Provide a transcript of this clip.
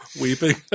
weeping